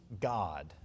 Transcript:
God